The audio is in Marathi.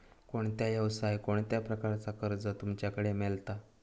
कोणत्या यवसाय कोणत्या प्रकारचा कर्ज तुमच्याकडे मेलता?